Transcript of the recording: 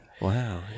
Wow